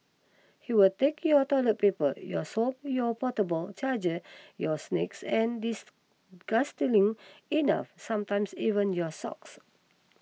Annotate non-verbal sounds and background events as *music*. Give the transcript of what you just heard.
he will take your toilet paper your soap your portable charger your snacks and *unintelligible* enough sometimes even your socks